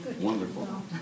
Wonderful